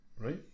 right